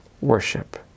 worship